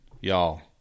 y'all